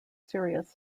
serious